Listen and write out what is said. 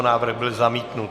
Návrh byl zamítnut.